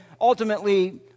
ultimately